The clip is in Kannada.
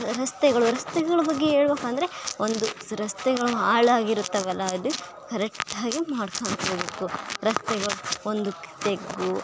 ರಸ್ತೆಗಳು ರಸ್ತೆಗಳ ಬಗ್ಗೆ ಹೇಳ್ಬೇಕ್ ಅಂದರೆ ಒಂದು ರಸ್ತೆಗಳು ಹಾಳಾಗಿರುತ್ತವಲ್ಲ ಅದು ಕರೆಕ್ಟಾಗಿ ಮಾಡ್ಸಿಕೊಂಡ್ ಬರಬೇಕು ರಸ್ತೆಗಳ್ ಒಂದು ತೆಗ್ಗು